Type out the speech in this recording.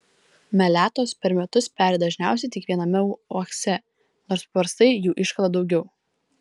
meletos per metus peri dažniausiai tik viename uokse nors paprastai jų iškala daugiau